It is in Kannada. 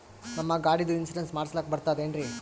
ನಮ್ಮ ಗಾಡಿದು ಇನ್ಸೂರೆನ್ಸ್ ಮಾಡಸ್ಲಾಕ ಬರ್ತದೇನ್ರಿ?